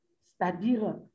C'est-à-dire